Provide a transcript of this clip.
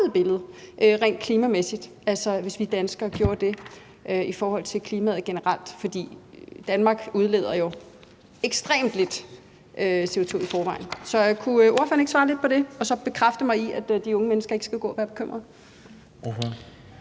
rent klimamæssigt, altså hvis vi danskere gjorde det i forhold til klimaet generelt. For Danmark udleder jo ekstremt lidt CO2 i forvejen. Så kunne ordføreren ikke svare lidt på det og så bekræfte mig i, at de unge mennesker ikke skal gå og være bekymrede?